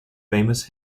famous